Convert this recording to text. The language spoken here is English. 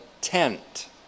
tent